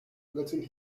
letting